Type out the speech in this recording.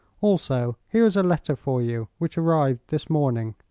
also, here is a letter for you, which arrived this morning.